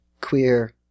queer